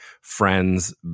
friends